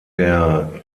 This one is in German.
der